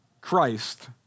Christ